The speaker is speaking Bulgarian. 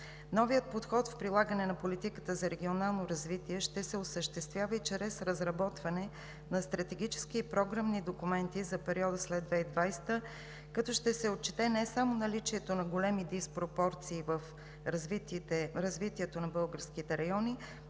Новият подход в прилагането на политиката за регионално развитие ще се осъществява и чрез разработването на стратегическите и програмни документи за периода след 2020 г., като ще се отчете не само наличието на големи диспропорции в развитието на българските райони,